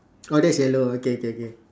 orh that is yellow okay okay